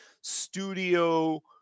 studio